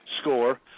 score